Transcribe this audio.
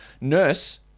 nurse